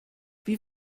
wie